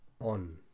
on